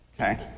okay